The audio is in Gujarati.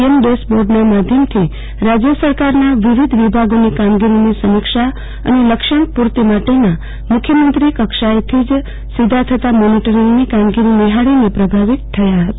એમ ડેશબોર્ડના માધ્યમથી રાજય સરકારના વિવિધ વિભાગોની કામગીરીની સમીક્ષા અને લક્ષ્યાંકપુર્તિ માટેના મુખ્યમંત્રી કક્ષાએથી જ સીધા થતાં મોનીટરીંગની કામગીરી નિફાળીને પ્રભાવિત થયા હતા